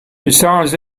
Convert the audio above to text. besides